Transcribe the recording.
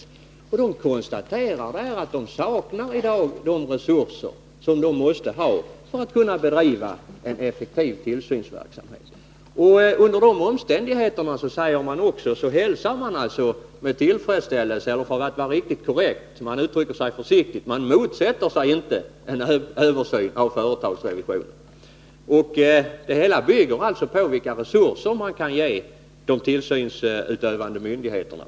Kommerskollegium konstaterar att man i dag saknar de resurser som man måste ha för att kunna bedriva en effektiv tillsynsverksamhet. Under dessa omständigheter hälsar kommerskollegium en översyn med tillfredsställelse — ja, man uttrycker sig försiktigt och säger att man inte motsätter sig en översyn av företagsrevisionen. Det hela bygger alltså på vilka resurser man kan ge de tillsynsutövande myndigheterna.